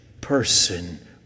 person